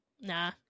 Nah